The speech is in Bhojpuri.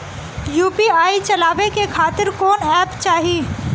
यू.पी.आई चलवाए के खातिर कौन एप चाहीं?